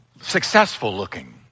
successful-looking